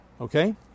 Okay